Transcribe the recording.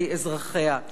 הגנרל,